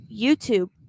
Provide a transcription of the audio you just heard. YouTube